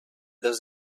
los